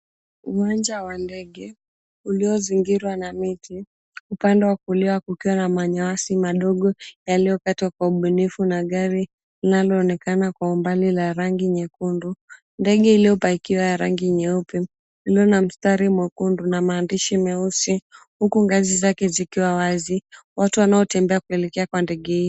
Uwanja wa ndege uliozingirwa na miti, upande wa kulia kukiwa na manyasi madogo yaliyokatwa kwa ubunifu na gari linalo onekana kwa umbali la rangi nyekundu. Ndege iliyopakiwa ya rangi nyeupe, lililo na mstari mwekundu na maandishi meusi. Huku ngazi zake zikiwa wazi. Watu wanao tembea kuelekea kwa ndege hii.